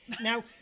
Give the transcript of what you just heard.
Now